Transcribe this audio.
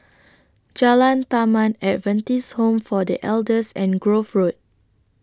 Jalan Taman Adventist Home For The Elders and Grove Road